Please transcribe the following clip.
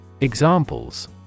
Examples